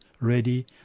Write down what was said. ready